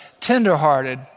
tenderhearted